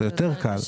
זה יותר קל.